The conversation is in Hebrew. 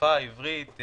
השפה עברית,